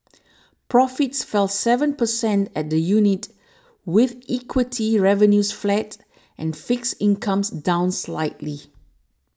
profits fell seven percent at the unit with equity revenues flat and fixed incomes down slightly